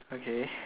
okay